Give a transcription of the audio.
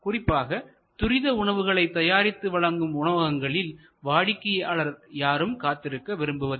குறிப்பாக துரித உணவுகளை தயாரித்து வழங்கும் உணவகங்களில் வாடிக்கையாளர் யாரும் காத்திருக்க விரும்புவதில்லை